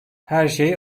herşey